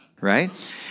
right